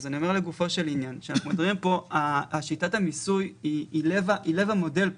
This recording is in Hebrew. לגופו של עניין, שיטת המיסוי היא לב המודל פה.